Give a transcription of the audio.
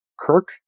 Kirk